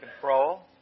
control